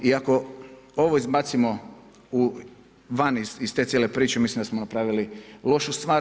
I ako ovo izbacimo van iz te cijele priče mislim da smo napravili lošu stvar.